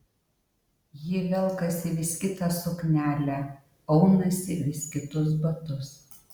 ji velkasi vis kitą suknelę aunasi vis kitus batus